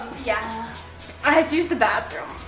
yeah i have to use the bathroom,